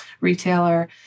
retailer